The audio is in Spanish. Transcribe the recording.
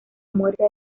muerte